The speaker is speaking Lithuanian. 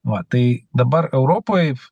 nu va tai dabar europoj